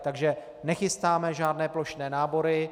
Takže nechystáme žádné plošné nábory.